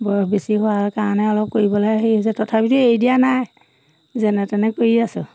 বয়স বেছি হোৱাৰ কাৰণে অলপ কৰিবলৈ হেৰি হৈছে তথাপিতো এৰি দিয়া নাই যেনে তেনে কৰি আছোঁ